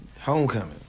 homecoming